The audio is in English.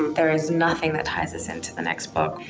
there is nothing that ties this into the next book.